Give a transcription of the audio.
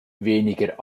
weniger